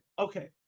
Okay